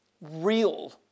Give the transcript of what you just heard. real